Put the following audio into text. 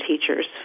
teachers